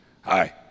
Hi